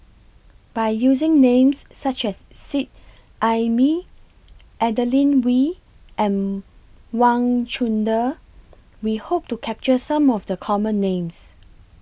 By using Names such as Seet Ai Mee Adeline We and Wang Chunde We Hope to capture Some of The Common Names